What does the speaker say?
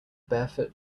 barefoot